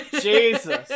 Jesus